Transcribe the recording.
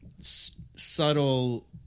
subtle